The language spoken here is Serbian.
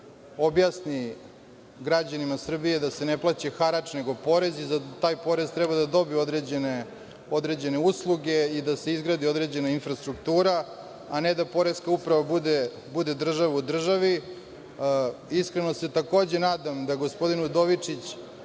objasni građanima Srbije da se ne plaća harač nego porez i za taj porez treba da dobiju određene usluge i da se izgradi određena infrastruktura, a ne da Poreska uprava bude država u državi. Iskreno se, takođe, nadam da gospodin Udovičić